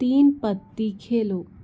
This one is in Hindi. तीन पत्ती खेलो